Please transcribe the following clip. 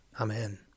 Amen